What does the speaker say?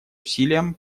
усилиям